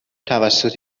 توسط